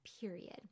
period